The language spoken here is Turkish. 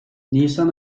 nisan